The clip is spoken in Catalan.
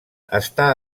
està